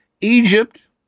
Egypt